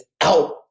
out